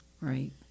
Right